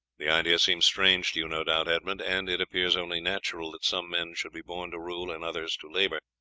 the idea seems strange to you, no doubt, edmund, and it appears only natural that some men should be born to rule and others to labour,